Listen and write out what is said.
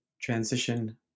Transition